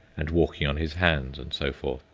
and walking on his hands, and so forth,